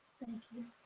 thank you.